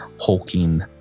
hulking